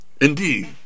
indeed